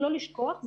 לא לשכוח,